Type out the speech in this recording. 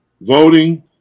voting